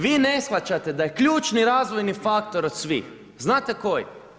Vi ne shvaćate da je ključni razvojni faktor od svih, znate koji?